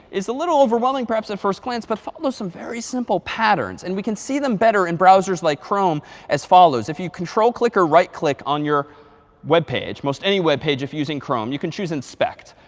is a little overwhelming perhaps at first glance, but follows some very simple patterns. and we can see them better in browsers like chrome as follows. if you control-click or right click on your web page, most any web page if you're using chrome, you can choose inspect.